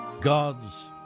God's